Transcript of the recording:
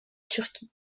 turquie